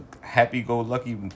happy-go-lucky